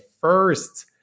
first